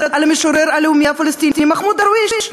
על המשורר הלאומי הפלסטיני מחמוד דרוויש?